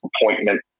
appointment